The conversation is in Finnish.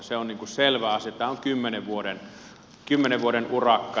se on selvä asia tämä on kymmenen vuoden urakka